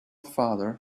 father